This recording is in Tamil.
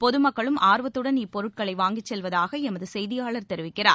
பொதுமக்களும் ஆர்வத்துடன் இப்பொருட்களை வாங்கிச் செல்வதாக எமது செய்தியாளர் தெரிவிக்கிறார்